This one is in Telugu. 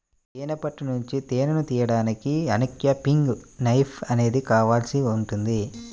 తేనె పట్టు నుంచి తేనెను తీయడానికి అన్క్యాపింగ్ నైఫ్ అనేది కావాల్సి ఉంటుంది